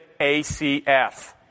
ACF